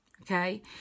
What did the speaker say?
Okay